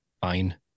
fine